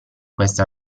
questa